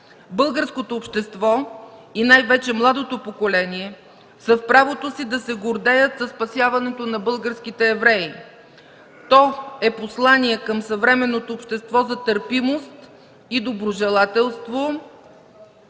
Българското общество, и най-вече младото поколение, са в правото си да се гордеят със спасяването на българските евреи. То е послание към съвременното общество за търпимост, доброжелателство